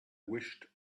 wished